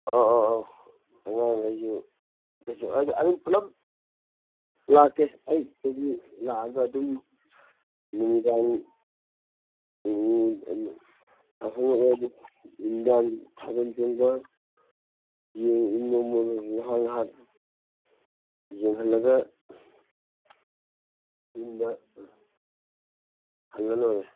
ꯑꯣ ꯑꯣ ꯑꯣ ꯑꯉꯥꯡꯈꯩꯁꯨ ꯄꯨꯂꯞ ꯂꯥꯛꯀꯦ ꯑꯌꯨꯛꯇꯒꯤ ꯂꯥꯛꯑꯒ ꯑꯗꯨꯝ ꯅꯨꯃꯤꯗꯥꯡ ꯅꯨꯃꯤꯗꯥꯡ ꯊꯥꯕꯜ ꯆꯣꯡꯕ ꯉꯍꯥꯛ ꯉꯍꯥꯛ ꯌꯦꯡꯍꯜꯂꯒ ꯌꯨꯝꯗ ꯍꯜꯂ ꯂꯣꯏꯔꯦ